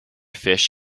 fish